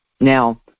now